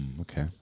Okay